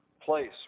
place